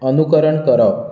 अनुकरण करप